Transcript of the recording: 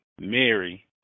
Mary